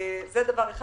זה דבר אחד.